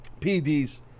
PDs